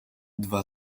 dwa